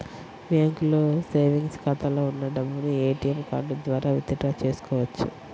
బ్యాంకులో సేవెంగ్స్ ఖాతాలో ఉన్న డబ్బును ఏటీఎం కార్డు ద్వారా విత్ డ్రా చేసుకోవచ్చు